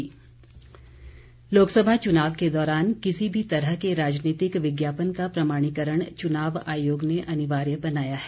विज्ञापन लोकसभा चुनाव के दौरान किसी भी तरह के राजनीतिक विज्ञापन का प्रमाणीकरण चुनाव आयोग ने अनिवार्य बनाया है